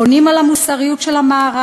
בונים על המוסריות של המערב.